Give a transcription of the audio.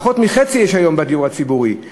פחות מחצי יש היום בדיור הציבורי.